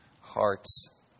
hearts